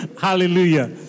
Hallelujah